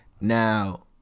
Now